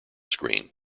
screen